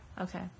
Okay